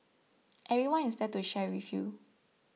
everyone is there to share with you